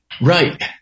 Right